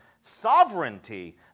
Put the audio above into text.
sovereignty